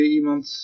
iemand